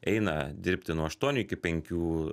eina dirbti nuo aštuonių iki penkių